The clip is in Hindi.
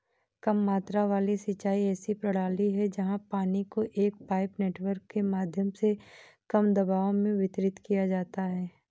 कम मात्रा वाली सिंचाई ऐसी प्रणाली है जहाँ पानी को एक पाइप नेटवर्क के माध्यम से कम दबाव में वितरित किया जाता है